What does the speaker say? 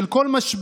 של כל משבר,